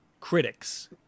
critics